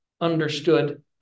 understood